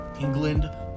england